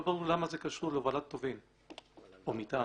לא ברור לי למה זה קשור להובלת טובין או מטען.